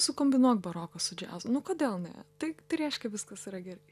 sukombinuok baroką su džiazu nu kodėl ne tai tai reiškia viskas yra gerai